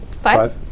five